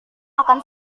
akan